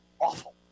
awful